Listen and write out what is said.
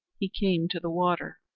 he came to the water.